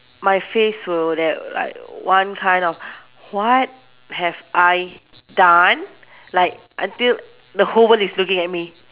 my face would that like one kind of what have I done like until the whole world is looking at me